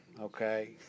Okay